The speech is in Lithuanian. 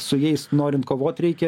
su jais norint kovoti reikia